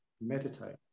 meditate